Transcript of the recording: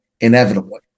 Inevitably